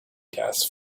gas